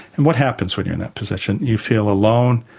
and what happens when you're in that position? you feel alone,